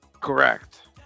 Correct